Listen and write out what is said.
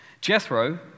Jethro